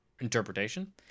interpretation